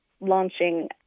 launching